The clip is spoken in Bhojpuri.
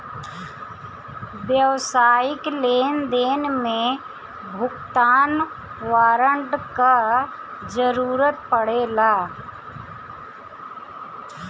व्यावसायिक लेनदेन में भुगतान वारंट कअ जरुरत पड़ेला